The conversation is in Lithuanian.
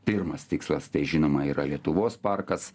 pirmas tikslas tai žinoma yra lietuvos parkas